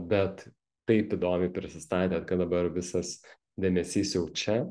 bet taip įdomiai prisistatėt kad dabar visas dėmesys jau čia